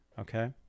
Okay